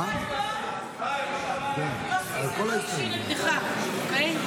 יוסי, זה לא אישי נגדך, אוקיי?